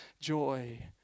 joy